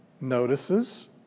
notices